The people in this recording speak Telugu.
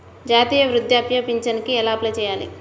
జాతీయ వృద్ధాప్య పింఛనుకి ఎలా అప్లై చేయాలి?